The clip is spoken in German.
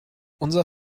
unser